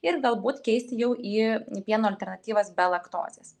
ir galbūt keisti jau į pieno alternatyvas be laktozės